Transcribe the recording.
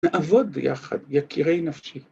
‫נעבוד ביחד, יקירי נפשי.